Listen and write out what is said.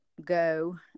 go